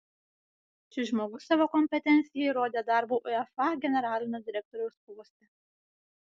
šis žmogus savo kompetenciją įrodė darbu uefa generalinio direktoriaus poste